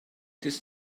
this